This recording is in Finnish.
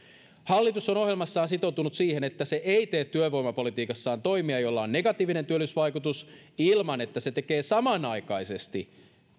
hallitus on ohjelmassaan sitoutunut siihen että se ei tee työvoimapolitiikassa toimia joilla on negatiivinen työllisyysvaikutus ilman että se tekee samanaikaisesti